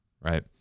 right